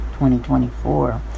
2024